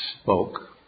spoke